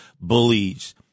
bullies